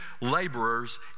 laborers